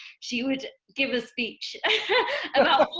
she would give a speech about all